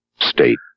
state